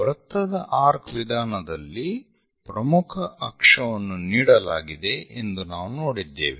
ವೃತ್ತದ ಆರ್ಕ್ ವಿಧಾನದಲ್ಲಿ ಪ್ರಮುಖ ಅಕ್ಷವನ್ನು ನೀಡಲಾಗಿದೆ ಎಂದು ನಾವು ನೋಡಿದ್ದೇವೆ